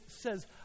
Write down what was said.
says